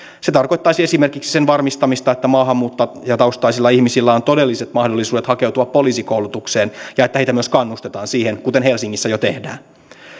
se tarkoittaisi esimerkiksi sen varmistamista että maahanmuuttajataustaisilla ihmisillä on todelliset mahdollisuudet hakeutua poliisikoulutukseen ja että heitä myös kannustetaan siihen kuten helsingissä jo tehdään